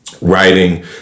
writing